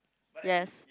yes